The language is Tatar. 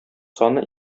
саны